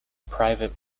private